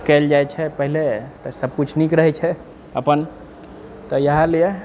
कएल जाय छै पहिले तऽ सब किछु नीक रहै छै अपन तऽ इएह लिए